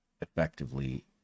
effectively